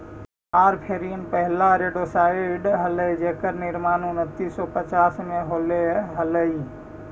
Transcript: warfarin पहिला rodenticide हलाई जेकर निर्माण उन्नीस सौ पच्चास में होले हलाई